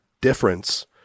difference